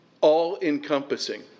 All-encompassing